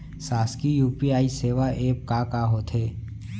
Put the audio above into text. शासकीय यू.पी.आई सेवा एप का का होथे?